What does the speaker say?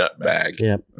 nutbag